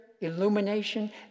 illumination